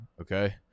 okay